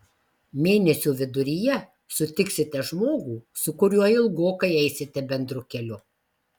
mėnesio viduryje sutiksite žmogų su kuriuo ilgokai eisite bendru keliu